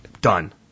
Done